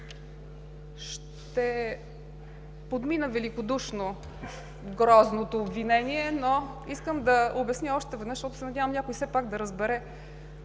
Ще подмина великодушно грозното обвинение, но искам да обясня още веднъж, защото се надявам някой все пак да разбере.